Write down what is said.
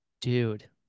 Dude